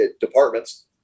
departments